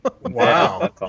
Wow